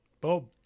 Bob